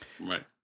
right